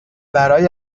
برای